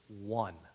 one